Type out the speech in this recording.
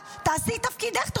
תעשי את תפקידך,